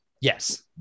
Yes